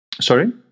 Sorry